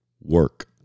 work